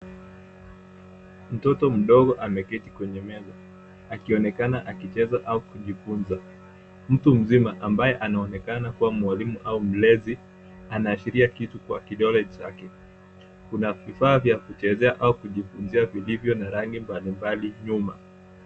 Mtoto mdogo ameketi kwenye meza akionekana akicheza au kujifunza. Mtu mzima ambaye anaonekana kuwa mwalimu au mlezi anaashiria kitu kwa kidole chake. Kuna vifaa vya kuchezea au kujifunzia vilivyo na rangi mbali mbali nyuma.